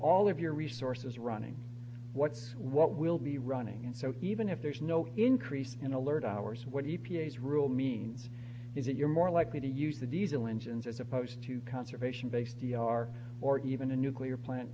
all of your resources running what's what will be running and so even if there's no increase in alert hours when e p a s rule means is that you're more likely to use the diesel engines as opposed to conservation based d r or even a nuclear plant